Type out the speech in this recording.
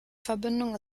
verbindung